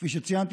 כפי שציינתי,